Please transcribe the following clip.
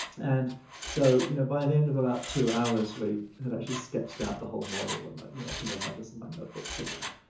and so, you know, by the end of about two hours we had actually sketched out the whole model. and like, you know, i think i have this in my notebook somewhere.